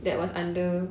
that was under